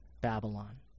Babylon